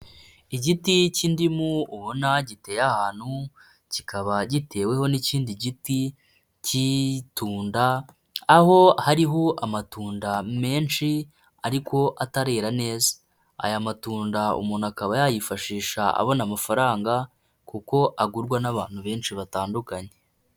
Igiti cy'indimu ubona giteye ahantu, kikaba giteweho n'ikindi giti k'itunda, aho hariho amatunda menshi ariko atarera neza, aya matunda umuntu akaba yayifashisha abona amafaranga kuko agurwa n'abantu benshi batandukanye.